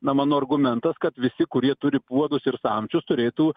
na mano argumentas kad visi kurie turi puodus ir samčius turėtų